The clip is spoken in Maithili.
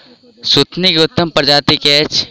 सुथनी केँ उत्तम प्रजाति केँ अछि?